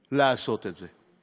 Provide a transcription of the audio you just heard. זכות לעשות את זה.